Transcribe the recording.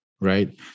right